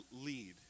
lead